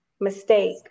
Mistake